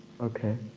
Okay